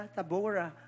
Tabora